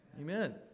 Amen